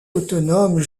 autonomes